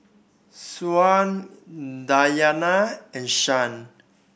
Syah Dayana and Shah